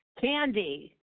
Candy